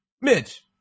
Mitch